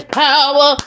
power